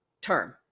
term